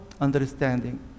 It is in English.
understanding